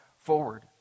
forward